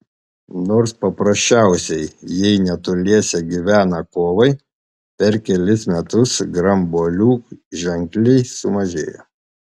nors paprasčiausiai jei netoliese gyvena kovai per kelis metus grambuolių ženkliai sumažėja